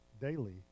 daily